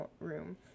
room